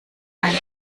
ein